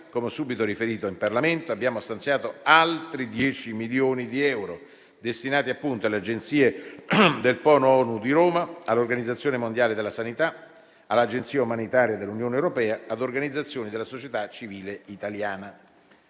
ho subito riferito in Parlamento, abbiamo stanziato altri 10 milioni di euro, destinati appunto alle agenzie del polo ONU di Roma, all'Organizzazione mondiale della sanità, all'Agenzia umanitaria dell'Unione europea, ad organizzazioni della società civile italiana.